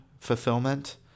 fulfillment